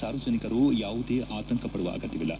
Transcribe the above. ಸಾರ್ವಜನಿಕರು ಯಾವುದೇ ಆತಂಕಪಡುವ ಅಗತ್ಭವಿಲ್ಲ